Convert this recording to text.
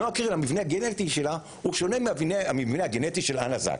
המבנה הגנטי שלה הוא שונה מהמבנה הגנטי של אנה זק.